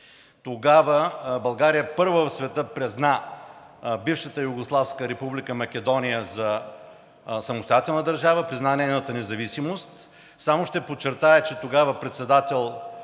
Тогава България първа в света призна бившата Югославска република Македония за самостоятелна държава, призна нейната независимост. Само ще подчертая, че тогава председател